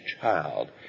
child